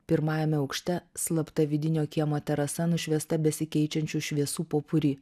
pirmajame aukšte slapta vidinio kiemo terasa nušviesta besikeičiančių šviesų popuri